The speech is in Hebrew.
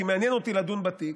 כי מעניין אותי לדון בתיק,